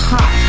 Hot